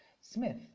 Smith